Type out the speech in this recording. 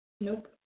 Nope